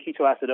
ketoacidosis